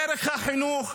דרך החינוך,